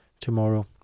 tomorrow